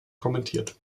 kommentiert